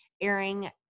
airing